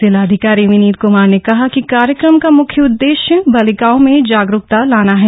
जिलाधिकारी विनीत क्मार ने कहा कि कार्यक्रम का म्ख्य उद्देश्य बालिकाओं में जागरूकता लाना है